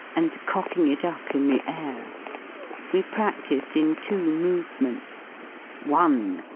and cocking it up in the air we pradlised in two movements one.